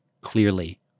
clearly